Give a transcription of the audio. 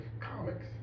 comics